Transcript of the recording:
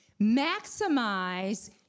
maximize